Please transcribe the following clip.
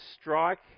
strike